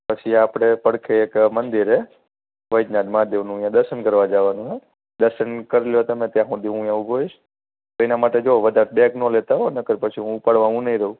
પછી આપણે પડખે એક મંદિર હે વૈદ્યનાથ મહાદેવનું ત્યાં દર્શન કરવા જવાનું છે દર્શન કરી લો ત્યાં સુધી હું ત્યાં ઉભો રહીશ તેના માટે જો વધારે બેગ ન લેતા હોં નકર પછી હું ઉપાડવા હું નહીં રહું